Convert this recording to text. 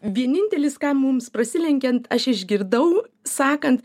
vienintelis ką mums prasilenkiant aš išgirdau sakan